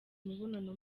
imibonano